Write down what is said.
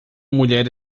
mulher